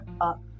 up